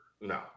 No